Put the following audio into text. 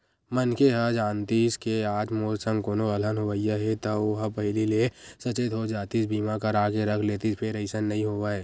मनखे ह जानतिस के आज मोर संग कोनो अलहन होवइया हे ता ओहा पहिली ले सचेत हो जातिस बीमा करा के रख लेतिस फेर अइसन नइ होवय